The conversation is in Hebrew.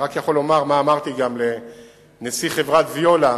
אני רק יכול לומר מה אמרתי לנשיא חברת "ויולה",